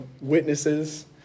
witnesses